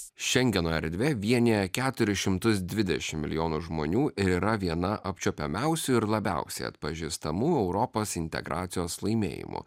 šengeno erdvė vienija keturis šimtus dvidešimt milijonų žmonių ir yra viena apčiuopiamiausių ir labiausiai atpažįstamų europos integracijos laimėjimų